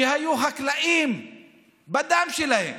שהיו חקלאים בדם שלהם,